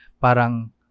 parang